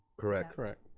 correct, correct,